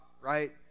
right